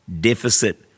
deficit